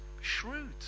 Shrewd